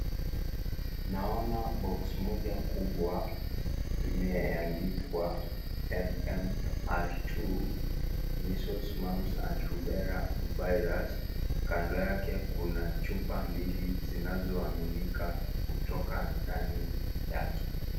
Naona vikosi moja kubwa ambayo imeandikwa MMR 2 measles mumps & rubella virus kando yake kuna chupa mbili zinazoaminika kutoka ndani yake.